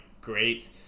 great